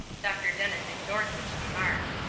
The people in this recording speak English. dr. dennis ignored this remark.